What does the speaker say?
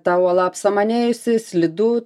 ta uola apsamanėjusi slidu